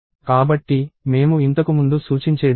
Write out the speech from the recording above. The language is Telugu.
కాబట్టి మేము ఇంతకుముందు సూచించేది ఇదే